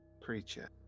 creature